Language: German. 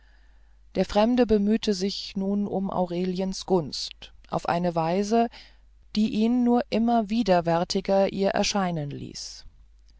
der fremde bemühte sich nun um aureliens gunst auf eine weise die ihn nur immer widerwärtiger ihr erscheinen ließ